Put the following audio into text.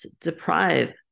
deprive